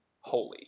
holy